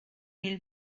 mil